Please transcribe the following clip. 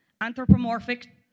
anthropomorphic